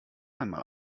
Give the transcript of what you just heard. einmal